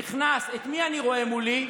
נכנס, את מי אני רואה מולי?